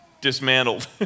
dismantled